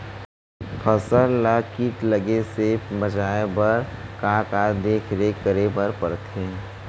फसल ला किट लगे से बचाए बर, का का देखरेख करे बर परथे?